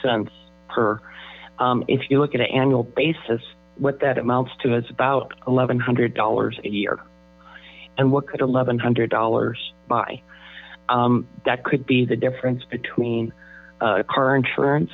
cents per if you look at an annual basis what that amounts to is about eleven hundred dollars a year and what could eleven hundred dollars by that could be the difference between car insurance